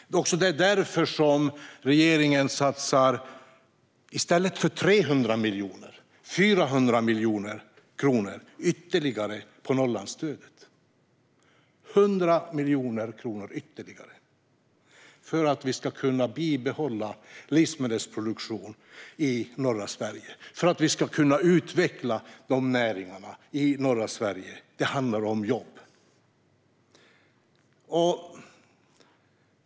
Det är också därför som regeringen nu, i stället för 300 miljoner kronor, satsar 400 miljoner kronor på Norrlandsstödet - alltså 100 miljoner kronor ytterligare för att vi ska kunna bibehålla livsmedelsproduktion i norra Sverige och utveckla näringarna där. Det handlar om jobb.